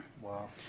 wow